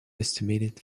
estimated